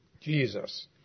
Jesus